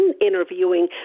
interviewing